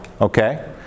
okay